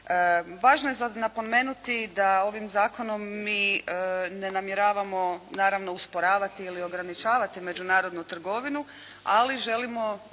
ovdje za napomenuti da ovim zakonom mi ne namjeravamo naravno usporavati ili ograničavati međunarodnu trgovinu ali želimo